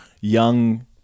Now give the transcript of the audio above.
young